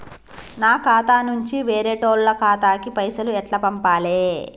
నా ఖాతా నుంచి వేరేటోళ్ల ఖాతాకు పైసలు ఎట్ల పంపాలే?